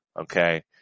okay